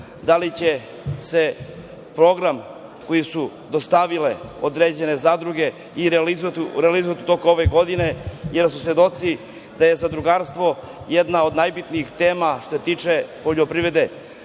Da li će se program koji su dostavile određene zadruge i realizovati u toku ove godine, jer smo svedoci da je zadrugarstvo jedna od najbitnijih tema što se tiče poljoprivrede.